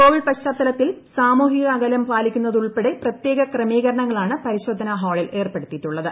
Covid പശ്ചാത്തലത്തിൽ സാമൂഹിക അകലം പാലിക്കുന്നതുൾപ്പെടെ പ്രത്യേക ക്രമീകരണങ്ങളാണ് പരിശോധനാ ഹാളിൽ ഏർപ്പെടുത്തിയിട്ടുള്ളത്